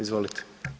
Izvolite.